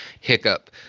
hiccup